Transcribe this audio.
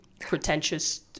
pretentious